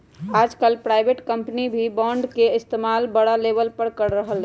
आजकल private company भी bond के इस्तेमाल बड़ा लेवल पर कर रहले है